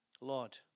Lord